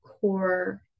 core